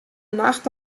nacht